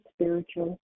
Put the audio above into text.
spiritual